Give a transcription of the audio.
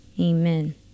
Amen